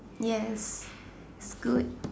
yes it's good